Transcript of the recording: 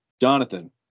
Jonathan